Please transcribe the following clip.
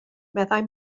meddai